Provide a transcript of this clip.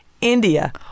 india